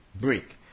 break